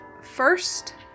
First